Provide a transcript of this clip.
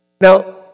Now